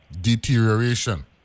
deterioration